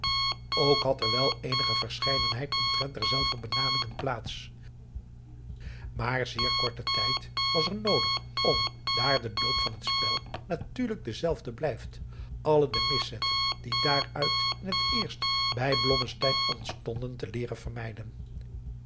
ook had er wel eenige verscheidenheid omtrent derzelver benamingen plaats maar zeer korten tijd was er noodig om daar de loop van het spel natuurlijk dezelfde blijft alle de miszetten die daaruit in het eerst bij blommesteyn ontstonden te leeren vermijden